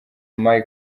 mike